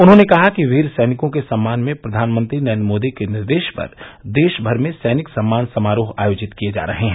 उन्होंने कहा कि वीर सैनिकों के सम्मान में प्रधानमंत्री नरेन्द्र मोदी के निर्देश पर देश भर में सैनिक सम्मान समारोह आयोजित किये जा रहे हैं